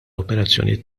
operazzjonijiet